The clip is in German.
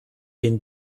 den